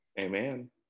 Amen